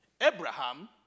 Abraham